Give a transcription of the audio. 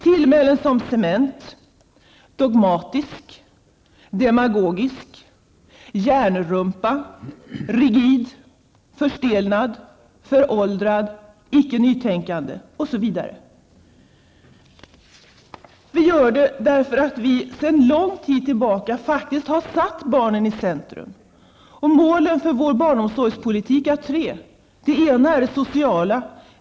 Vi har fått tillmälen som ''cement'', ''dogmatisk'', Vi gör det därför att vi sedan lång tid tillbaka faktiskt har satt barnen i centrum. Målen för vår barnomsorgspolitik är tre. Det första är det sociala.